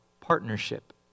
partnership